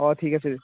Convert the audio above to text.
অঁ ঠিক আছে